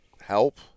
help